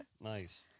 nice